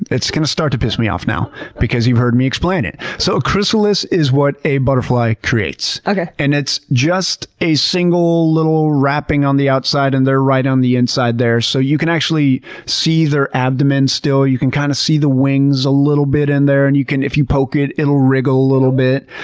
it's going to start to piss me off now because you've heard me explain it. so a chrysalis is what a butterfly creates, and it's just a single little wrapping on the outside and they're right on the inside there so you can actually see their abdomen still. you can kind of see the wings a little bit in there and you can, if you poke it, it'll wriggle a little bit.